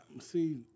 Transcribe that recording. See